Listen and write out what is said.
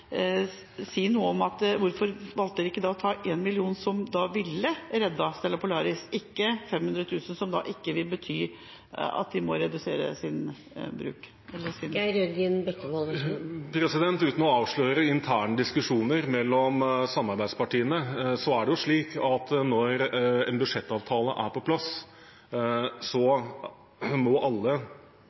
si noe om hvorfor dere ikke valgte å ta 1 mill. kr som ville reddet Stella Polaris, ikke 500 000 kr som ikke vil bety at de må redusere … Uten å avsløre interne diskusjoner mellom samarbeidspartiene er det slik at når en budsjettavtale er på plass, må alle